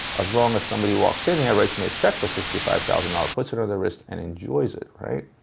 as long as somebody walks in here, writes me a check for sixty five thousand dollars, ah puts it on the wrist and enjoys it, right?